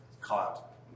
Caught